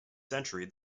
century